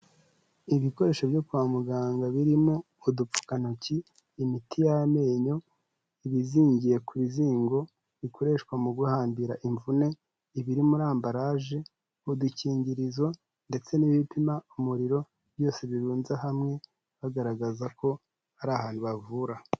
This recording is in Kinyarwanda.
Ibikoresho byo kwa muganga birimo udupfukantoki, imiti y'amenyo, ibizingiye ku bizingo bikoreshwa mu guhambira imvune, ibiri muri ambaraje, udukingirizo ndetse n'ibipima umuriro byose birunze hamwe bagaragaza ko ari ahantu bavura.